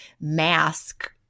mask